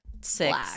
six